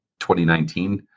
2019